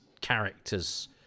characters